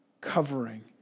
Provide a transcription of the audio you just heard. covering